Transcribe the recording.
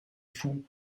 fous